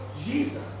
Jesus